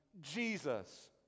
Jesus